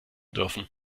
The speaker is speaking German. dürfen